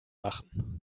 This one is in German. machen